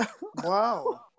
Wow